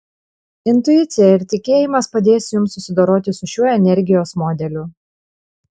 intuicija ir tikėjimas padės jums susidoroti su šiuo energijos modeliu